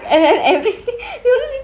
and then everythingk